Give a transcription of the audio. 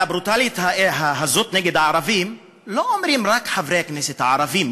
על הברוטליות הזאת נגד הערבים לא מדברים רק חברי הכנסת הערבים.